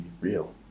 real